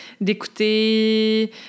d'écouter